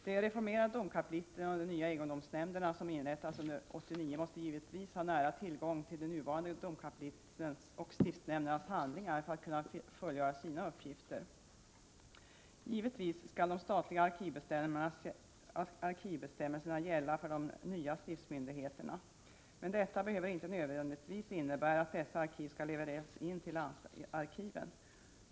De reformerade domkapitlen och de nya egendomsnämnderna, som inrättas under 1989, måste naturligtvis ha nära tillgång till de nuvarande domkapitlens och stiftsnämndernas handlingar för att kunna fullgöra sina uppgifter. Givetvis skall de statliga arkivbestämmelserna gälla för de nya stiftsmyndigheterna, men detta behöver inte nödvändigtvis innebära att dessa arkiv skalllevereras in till landsarkiven.